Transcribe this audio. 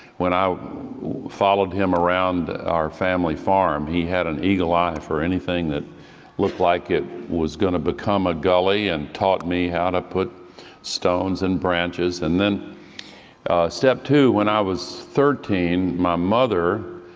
when i followed him around our family farm, he had an eagle eye for anything that looked like it was going to become a gully and taught me how to put stones and branches and then step two, when i was thirteen, my mother,